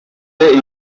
basanze